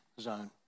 zone